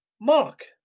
Mark